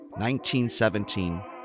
1917